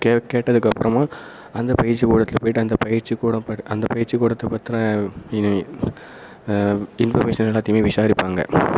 K கேட்டதுக்கப்புறமா அந்த பயிற்சிக்கூடத்தில் போயிட்டு அந்த பயிற்சிக்கூடம் ப அந்த பயிற்சிக்கூடத்தை பற்றின இனி இன்ஃபர்மேஷன் எல்லாத்தையுமே விசாரிப்பாங்க